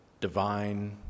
divine